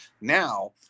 now